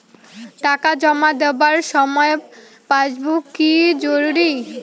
টাকা জমা দেবার সময় পাসবুক কি জরুরি?